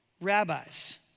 rabbis